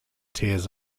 tears